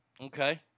Okay